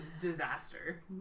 disaster